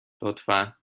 لطفا